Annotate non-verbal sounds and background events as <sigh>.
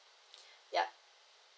<breath> yup